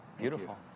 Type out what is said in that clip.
Beautiful